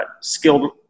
skilled